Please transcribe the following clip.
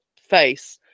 face